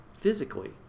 physically